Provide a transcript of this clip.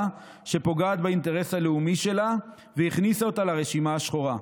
שפוגעת באינטרס הלאומי שלה והכניסה אותה לרשימה השחורה.